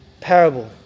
parable